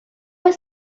was